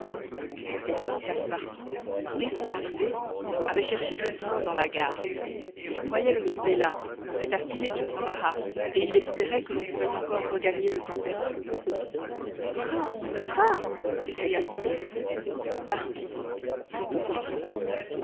cependant passepartout dès son arrivée avait cherché le train dans la gare il croyait le trouver là prêt à filer sur omaha et il espérait que l'on pourrait encore regagner le temps perdu le train le train s'écria-t-il parti répondit fix